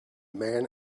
man